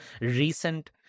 recent